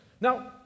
Now